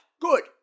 Good